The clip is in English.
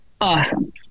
awesome